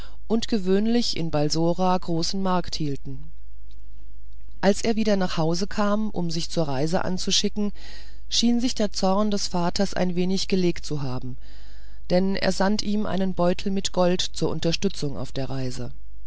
und gewöhnlich in balsora großen markt hielten als er wieder nach hause kam um sich zur reise anzuschicken schien sich der zorn des vaters ein wenig gelegt zu haben denn er sandte ihm einen beutel mit gold zur unterstützung auf der reise